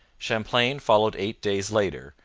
champlain followed eight days later,